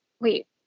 wait